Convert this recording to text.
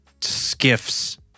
skiffs